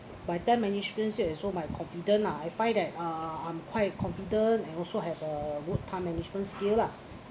my management said also my confidence lah I find that uh I'm quite confident and also have a work time management skill lah